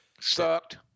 Sucked